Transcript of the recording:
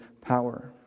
power